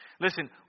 Listen